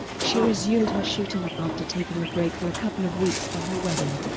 she resumed her shooting after taking a break for a couple of weeks for her wedding.